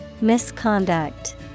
Misconduct